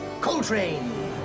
Coltrane